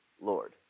Lord